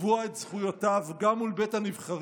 לקבוע את זכויותיו גם מול בית הנבחרים,